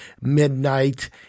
midnight